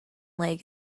leg